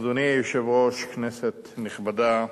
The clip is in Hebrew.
אדוני היושב-ראש, כנסת נכבדה,